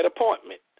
appointment